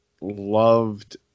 loved